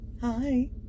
Hi